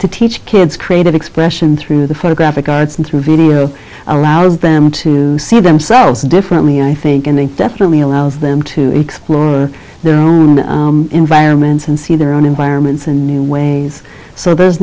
to teach kids creative expression through the photographic guides and through video allows them to see themselves differently i think and they definitely allows them to explore their environments and see their own environments and new ways so there's